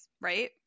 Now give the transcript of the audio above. right